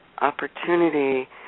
opportunity